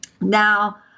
Now